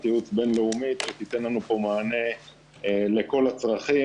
ייעוץ בין-לאומית שתיתן לנון פה מענה לכל הצרכים,